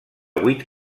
vuit